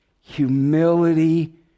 humility